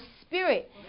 spirit